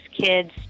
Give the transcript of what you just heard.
kids